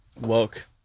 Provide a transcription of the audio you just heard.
woke